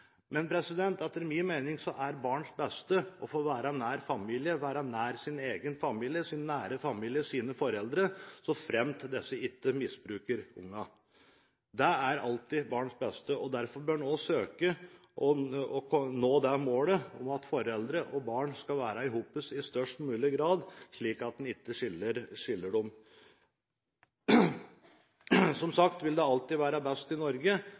Men etter min mening er barns beste å få være nær sin egen familie, være nær sine foreldre, så fremt disse ikke misbruker barna. Det er alltid barns beste, og derfor bør en også søke å nå det målet om at foreldre og barn i størst mulig grad skal være sammen, slik at en ikke skiller dem. Som sagt vil det alltid være best i Norge.